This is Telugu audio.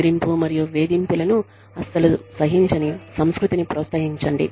బెదిరింపు మరియు వేధింపులను అస్సలు సహించని సంస్కృతిని ప్రోత్సహించండి